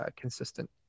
consistent